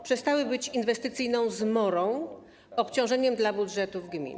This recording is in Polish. Przestały być inwestycyjną zmorą, obciążeniem dla budżetów gmin.